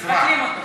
מבטלים אותו.